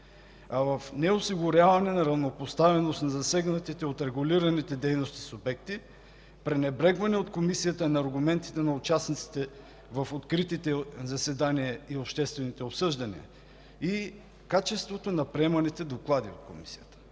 а в неосигуряване на равнопоставеност на засегнатите от регулираните дейности субекти, пренебрегване от Комисията на аргументите на участниците в откритите заседания и обществените обсъждания и качеството на приеманите доклади от Комисията.